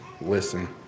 listen